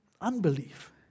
unbelief